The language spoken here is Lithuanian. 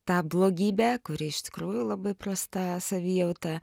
ta blogybė kuri iš tikrųjų labai prasta savijauta